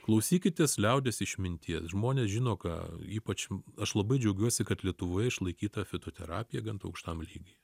klausykitės liaudies išminties žmonės žino ką ypač aš labai džiaugiuosi kad lietuvoje išlaikyta fitoterapija aukštam lygy